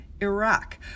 Iraq